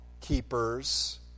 keepers